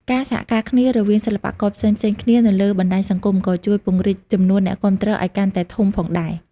ការសហការគ្នារវាងសិល្បករផ្សេងៗគ្នានៅលើបណ្ដាញសង្គម ក៏ជួយពង្រីកចំនួនអ្នកគាំទ្រឲ្យកាន់តែធំផងដែរ។